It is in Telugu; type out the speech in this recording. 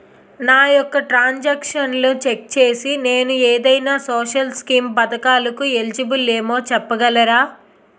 నా యెక్క ట్రాన్స్ ఆక్షన్లను చెక్ చేసి నేను ఏదైనా సోషల్ స్కీం పథకాలు కు ఎలిజిబుల్ ఏమో చెప్పగలరా?